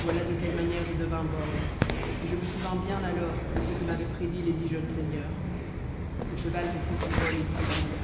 voilà de quelle manière je devins borgne et je me souvins bien alors de ce que m'avaient prédit les dix jeunes seigneurs le cheval reprit son vol et disparut